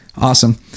awesome